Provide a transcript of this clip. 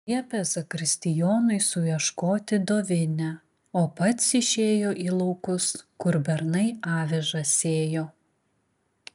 liepė zakristijonui suieškoti dovinę o pats išėjo į laukus kur bernai avižas sėjo